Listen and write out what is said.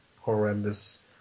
horrendous